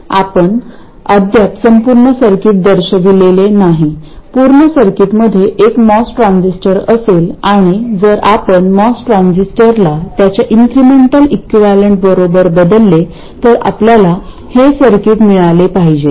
आपण अद्याप संपूर्ण सर्किट दर्शविलेले नाही पूर्ण सर्किटमध्ये एक मॉस ट्रान्झिस्टर असेल आणि जर आपण मॉस ट्रान्झिस्टरला त्याच्या इन्क्रिमेंटल इक्विवलेंट बरोबर बदलले तर आपल्याला हे सर्किट मिळाले पाहिजे